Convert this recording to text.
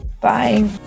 bye